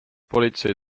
politsei